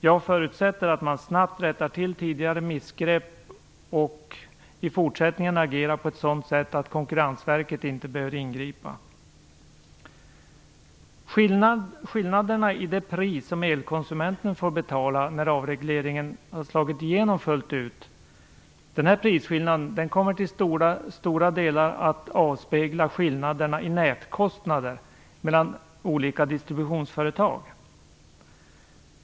Jag förutsätter att man snabbt rättar till tidigare missgrepp och i fortsättningen agerar på ett sådant sätt att Konkurrensverket inte behöver ingripa. Skillnaderna i det pris som elkonsumenten får betala när avregleringen har slagit igenom fullt ut kommer till stora delar att avspegla skillnaderna i nätkostnader mellan olika distributionsföretag.